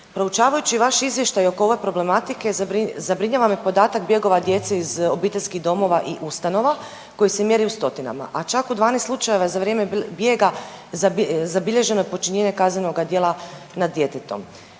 Proučavajući vaš izvještaj oko ove problematike zabrinjava me podatak bjegova djece iz obiteljskih domova i ustanova koji se mjeri u stotinama, a čak u 12 slučajeva za vrijeme bijega zabilježeno je počinjenje kaznenoga djela nad djetetom.